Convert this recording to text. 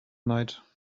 night